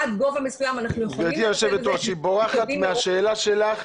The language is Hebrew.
גברתי היושבת ראש, היא בורחת מהשאלה שלך.